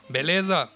Beleza